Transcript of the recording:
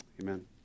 Amen